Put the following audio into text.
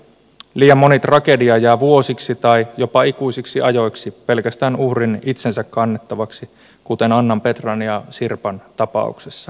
liian moni tragedia jää vuosiksi tai jopa ikuisiksi ajoiksi pelkästään uhrin itsensä kannettavaksi kuten annan petran ja sirpan tapauksissa